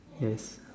yes